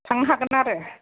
थांनो हागोन आरो